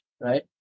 Right